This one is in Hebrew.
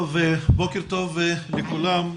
בוקר טוב לכולם.